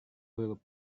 huruf